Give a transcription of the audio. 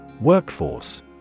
Workforce